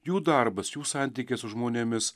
jų darbas jų santykiai su žmonėmis